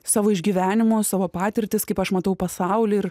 savo išgyvenimus savo patirtis kaip aš matau pasaulį ir